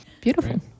Beautiful